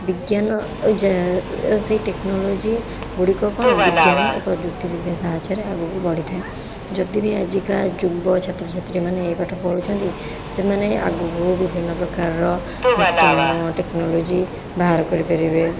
ବିଜ୍ଞାନ ଓ ଜା ଓ ସେଇ ଟେକ୍ନୋଲୋଜି ଗୁଡ଼ିକ କଣ ବିଜ୍ଞାନ ଓ ପ୍ରଯୁକ୍ତି ବିଦ୍ୟା ସାହାଯ୍ୟରେ ଆଗକୁ ବଢ଼ିଥାଏ ଯଦିବି ଆଜିକା ଯୁବ ଛାତ୍ର ଛାତ୍ରୀମାନେ ଏହି ପାଠ ପଢ଼ୁଛନ୍ତି ସେମାନେ ଆଗକୁ ବିଭିନ୍ନ ପ୍ରକାରର ନୂତନ ଟେକ୍ନୋଲୋଜି ବାହାର କରିପାରିବେ